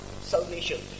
salvation